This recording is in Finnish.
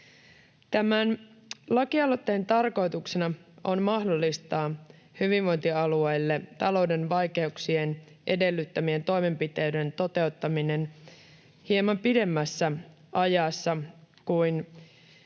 Tämän lakialoitteen tarkoituksena on mahdollistaa hyvinvointialueille talouden vaikeuksien edellyttämien toimenpiteiden toteuttaminen hieman pidemmässä ajassa kuin